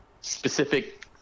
specific